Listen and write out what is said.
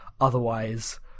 otherwise